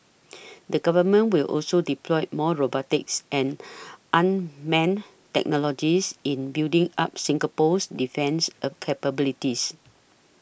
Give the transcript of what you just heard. the Government will also deploy more robotics and unmanned technologies in building up Singapore's defence a capabilities